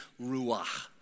ruach